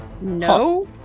no